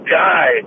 guy